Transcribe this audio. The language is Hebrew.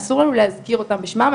אסור לנו להזכיר אותם בשמם,